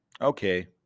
Okay